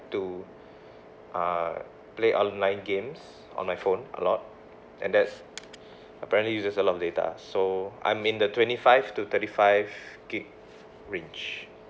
to uh play online games on my phone a lot and that's apparently uses a lot data so I'm in the twenty five to thirty five gigabyte range